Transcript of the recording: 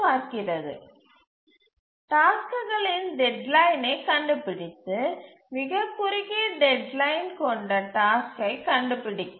பார்க்கிறது டாஸ்க்குகளின் டெட்லைனை கண்டுபிடித்து மிகக் குறுகிய டெட்லைன் கொண்ட டாஸ்க்கை கண்டுபிடிக்கும்